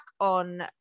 on